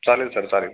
चालेल सर चालेल